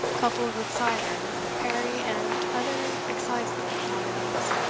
coupled with cider, perry, and other excisable commodities.